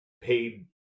paid